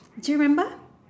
did you remember